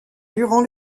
durant